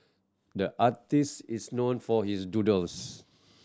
the artist is known for his doodles